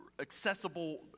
accessible